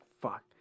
fuck